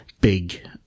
big